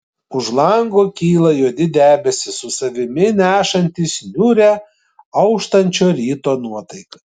už lango kyla juodi debesys su savimi nešantys niūrią auštančio ryto nuotaiką